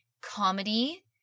comedy